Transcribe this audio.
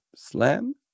Slam